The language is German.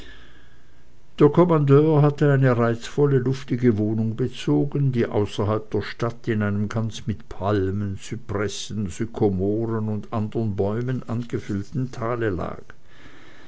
der kommandeur hatte eine reizvolle luftige wohnung bezogen die außerhalb der stadt in einem ganz mit palmen zypressen sykomoren und anderen bäumen angefüllten tale lag